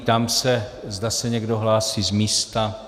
Ptám se, zda se někdo hlásí z místa.